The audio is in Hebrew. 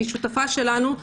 היא שותפה שלנו.